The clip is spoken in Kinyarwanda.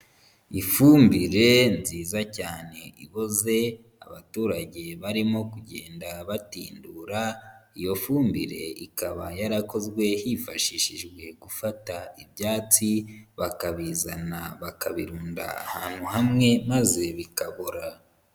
Ifumbire nziza cyane iboze abaturage barimo kugenda batindura, iyo fumbire ikaba yarakozwe hifashishijwe gufata ibyatsi bakabizana bakabirunda ahantu hamwe maze bikabora.